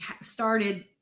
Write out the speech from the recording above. started